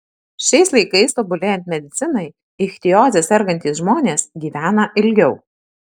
šiais laikais tobulėjant medicinai ichtioze sergantys žmonės gyvena ilgiau